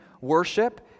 worship